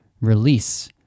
release